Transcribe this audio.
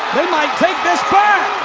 they might take this back!